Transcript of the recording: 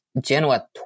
Genoa